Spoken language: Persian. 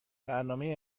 برنامه